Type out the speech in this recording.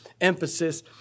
emphasis